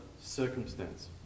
circumstance